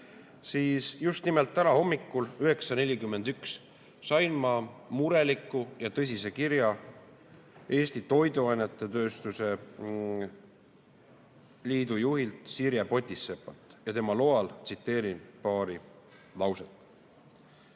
siis täna hommikul kell 9.41 sain ma mureliku ja tõsise kirja Eesti Toiduainetööstuse Liidu juhilt Sirje Potisepalt. Tema loal tsiteerin paari lauset.